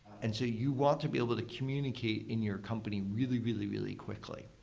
and so you want to be able to communicate in your company really, really, really quickly.